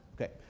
Okay